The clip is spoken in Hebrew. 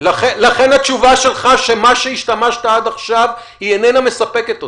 לכן התשובה שלך שהשתמשת בה עד עכשיו איננה מספקת אותי.